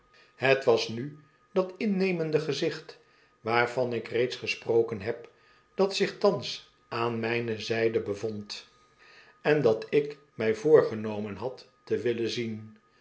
het was nu dat innemende gezicht waarvan ik reeds gesproken heb dat zich thans aan mijne zijde bevond en dat ik mij voorgenomen had te willen zien